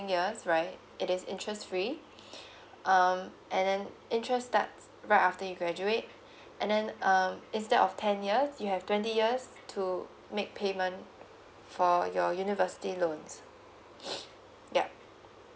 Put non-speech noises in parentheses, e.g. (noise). years right it is interest free (breath) um and then interest starts right after you graduate and then um instead of ten years you have twenty years to make payment for your university loans (breath) yup